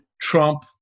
Trump